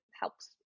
helps